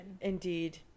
Indeed